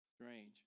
Strange